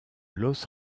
los